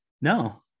no